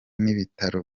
n’ibitaro